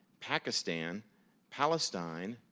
pakistan palestine,